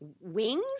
Wings